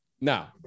Now